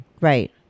right